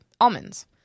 almonds